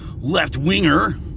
left-winger